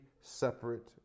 separate